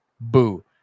boo